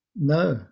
No